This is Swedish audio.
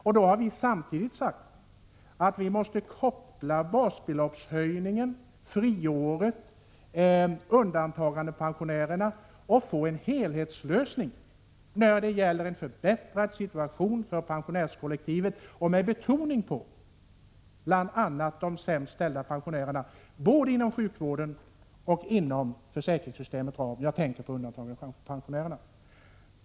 Vi har samtidigt sagt att vi måste koppla samman basbeloppshöjningen, friåret och undantagandepensionärerna och få en helhetslösning när det gäller att förbättra situationen för pensionärskollektivet med betoning på bl.a. de sämst ställda pensionärerna både inom sjukvården och inom försäkringssystemets ram — jag tänker på undantagandepensionärerna.